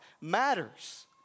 matters